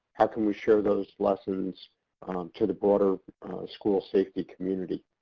how can we share those lessons to the broader school safety community.